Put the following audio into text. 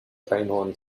einhorn